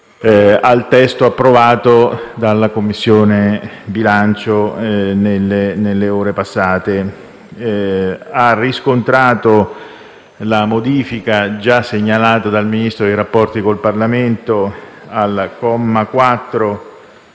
a quello approvato dalla Commissione bilancio nelle ore passate. La Commissione ha verificato la modifica già segnalata dal Ministro per i rapporti con il Parlamento al comma 4